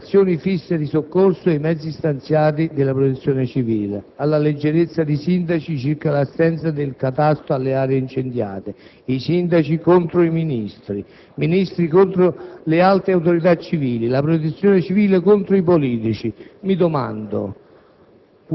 postazioni fisse di soccorso e ai mezzi stanziali della Protezione civile, alla leggerezza dei sindaci circa l'assenza del catasto delle aree incendiate. I sindaci contro i ministri, ministri contro le alte autorità civili, la protezione civile contro i politici: mi domando,